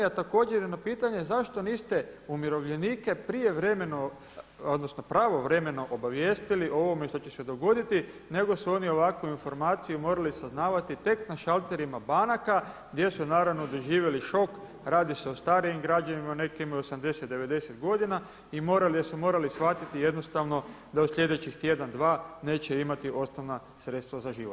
A također i na pitanje zašto niste umirovljenike prijevremeno, odnosno pravovremeno obavijestili o ovome što će se dogoditi nego su oni ovakvu informaciju morali saznavati tek na šalterima banaka gdje su naravno doživjeli šok, radi se o starijim građanima, neki imaju 80, 90 godina i morali su shvatiti jednostavno da u sljedećih tjedan, dva neće imati osnovna sredstva za život?